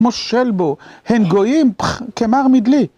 מושל בו, הן גויים, חחח... כמר מדלי.